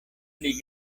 pli